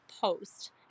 post